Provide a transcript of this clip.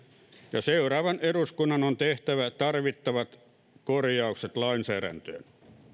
ja seuraavan eduskunnan on tehtävä tarvittavat korjaukset lainsäädäntöön